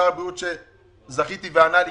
שר הבריאות שזכיתי וענה לי,